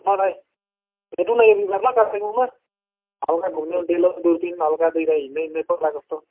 ल भाइ भेटौँ न एक दिन ल कालेबुङमा हल्का घुमिदिउँ न डेलो दुर्पिन हल्का दुई भाइ हिँड्दै हिँड्दै पग्लाजस्तो